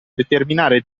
determinare